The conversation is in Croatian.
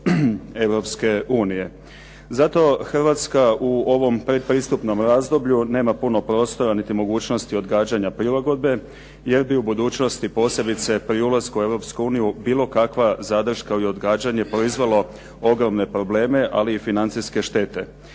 Hrvatska u ovom pretpristupnom razdoblju nema puno prostora niti mogućnosti odgađanja prilagodbe, jer bi u budućnosti, posebice pri ulasku u Europsku uniju, bilo kakva zadrška ili odgađanje proizvelo ogromne probleme, ali i financijske štete.